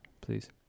please